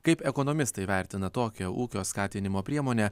kaip ekonomistai vertina tokią ūkio skatinimo priemonę